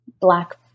black